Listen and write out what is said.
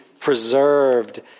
preserved